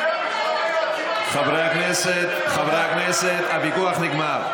חברי הכנסת, חברי הכנסת, הוויכוח נגמר.